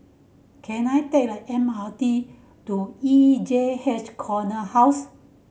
can I take the M R T to E J H Corner House